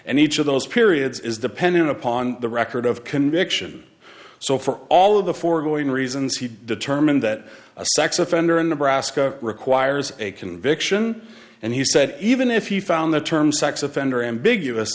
and each of those periods is dependent upon the record of conviction so for all of the foregoing reasons he determined that a sex offender in nebraska requires a conviction and he said even if he found the term sex offender ambiguous